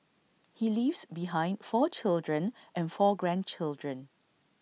he leaves behind four children and four grandchildren